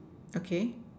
okay